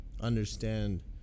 understand